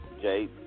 Jay